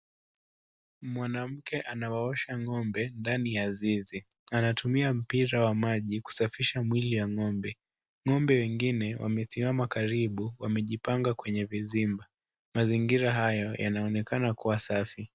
Mwanamke anawaosha ng'ombe ndani ya zizi , anatumia mpira wa maji kusafisha mwili ya ng'ombe . Ng'ombe wengine wamesimama karibu wamejipanga kwenye vizimba mazingira hayo yanaonekana kuwa safi.